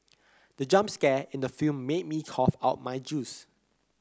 the jump scare in the film made me cough out my juice